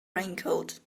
raincoat